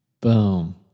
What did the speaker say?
Boom